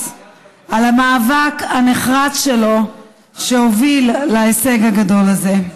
על המאבק הנחרץ שלו שהוביל להישג הגדול הזה.